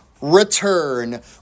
return